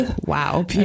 Wow